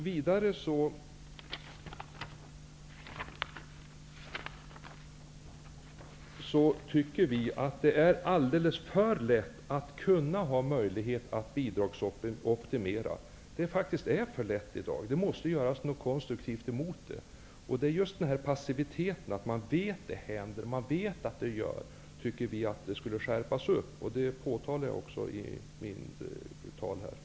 Vi tycker att det i dag är alldeles för lätt att ''bidragsoptimera'' och att det måste göras något konstruktivt för att motverka detta. Vi menar att nuvarande passiva inställning bör skärpas, så att något händer på detta område. Detta påpekade jag också i mitt anförande.